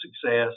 success